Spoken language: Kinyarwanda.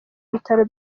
bitaro